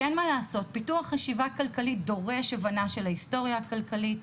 כי אין מה לעשות פיתוח חשיבה כלכלית דורש הבנה של ההיסטוריה הכלכלית.